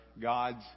God's